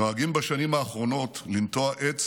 נוהגים בשנים האחרונות לנטוע עץ